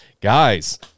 Guys